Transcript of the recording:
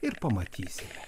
ir pamatysime